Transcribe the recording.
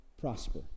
prosper